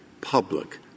public